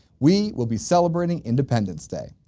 we will be celebrating independence day.